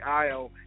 aisle